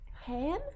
ham